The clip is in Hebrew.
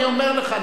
אני אומר לך,